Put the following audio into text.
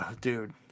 dude